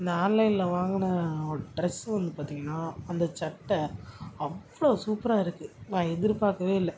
நான் ஆன்லைனில் வாங்கின ஒரு ட்ரெஸ்ஸு வந்து பார்த்தீங்கனா அந்த சட்டை அவ்வளோ சூப்பராக இருக்குது நான் எதிர்பார்க்கவே இல்லை